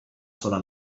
sola